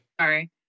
Sorry